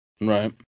Right